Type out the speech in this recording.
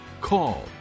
call